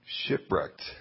shipwrecked